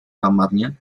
kamarnya